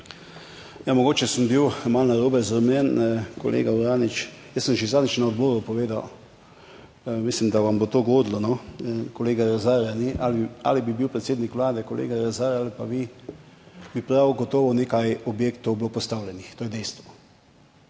Ja, mogoče sem bil malo narobe razumljen. Kolega Uranič, jaz sem že zadnjič na odboru povedal, mislim, da vam bo to godilo. Kolega Rezarja ali bi bil predsednik Vlade ali pa vi bi prav gotovo nekaj objektov bilo postavljenih. To je dejstvo.